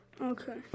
Okay